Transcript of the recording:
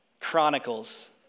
Chronicles